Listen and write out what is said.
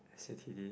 S_U_t_d